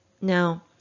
Now